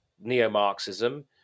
neo-Marxism